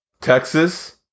Texas